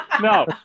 no